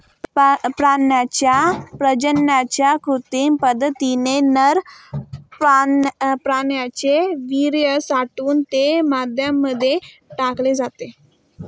प्राण्यांच्या प्रजननाच्या कृत्रिम पद्धतीने नर प्राण्याचे वीर्य साठवून ते माद्यांमध्ये टाकले जाते